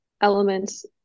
elements